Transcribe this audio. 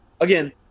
Again